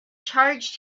charged